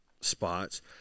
spots